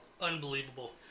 Unbelievable